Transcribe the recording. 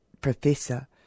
Professor